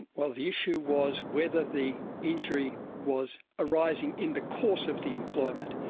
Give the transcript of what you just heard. well, the issue was whether the injury was arising in the course of the employment.